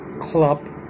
club